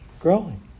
growing